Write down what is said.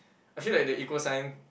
I feel like the equal sign